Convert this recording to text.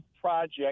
project